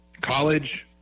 college